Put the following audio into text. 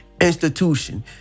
institution